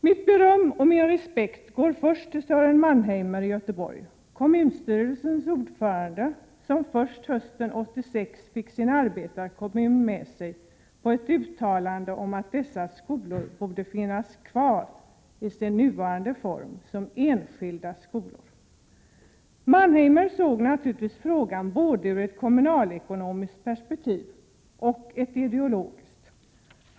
Mitt beröm och min respekt gäller främst Sören Mannheimer i Göteborg, kommunstyrelsens ordförande, som först hösten 1986 fick sin arbetarkommun med sig när det gällde att göra ett uttalande om att dessa skolor borde få finnas kvar i sin nuvarande form som enskilda skolor. Sören Mannheimer såg detta naturligtvis i både ett kommunalekonomiskt och ett ideologiskt perspektiv.